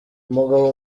umugaba